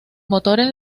motores